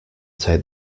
take